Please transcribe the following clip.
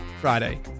Friday